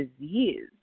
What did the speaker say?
disease